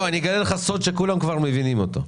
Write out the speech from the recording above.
לא, אגלה לך סוד שכולם כבר מבינים אותו.